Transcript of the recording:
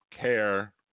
care